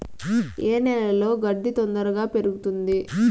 ఏ నేలలో గడ్డి తొందరగా పెరుగుతుంది